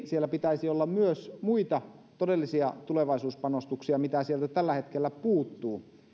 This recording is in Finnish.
siellä pitäisi olla myös muita todellisia tulevaisuuspanostuksia mitä sieltä tällä hetkellä puuttuu